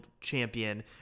champion